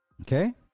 Okay